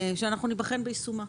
שאנחנו ניבחן ביישומה,